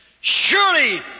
Surely